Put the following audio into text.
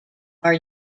are